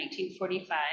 1945